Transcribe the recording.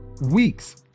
Weeks